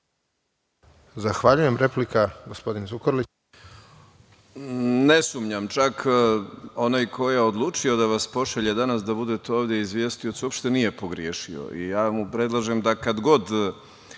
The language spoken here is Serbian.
Zahvaljujem. Replika, gospodin Zukorlić.